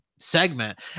segment